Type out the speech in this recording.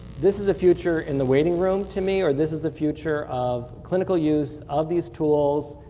this is the future in the waiting room to me or this is the future of clinical use of these tools.